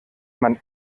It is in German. man